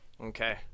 Okay